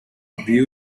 the